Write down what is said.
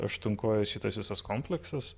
aštuonkojis šitas visas komplektas